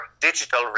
digital